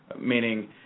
meaning